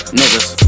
niggas